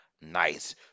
nice